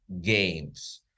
games